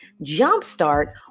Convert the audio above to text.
jumpstart